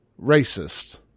racist